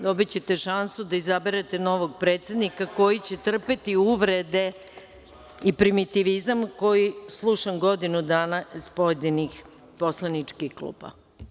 Dobićete šansu da izaberete novog predsednika koji će trpeti uvrede i primitivizam koji slušam godinu dana iz pojedinih poslaničkih klupa.